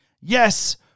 Yes